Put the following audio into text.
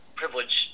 privilege